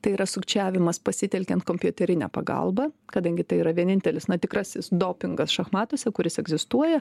tai yra sukčiavimas pasitelkiant kompiuterinę pagalbą kadangi tai yra vienintelis na tikrasis dopingas šachmatuose kuris egzistuoja